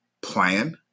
plan